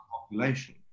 population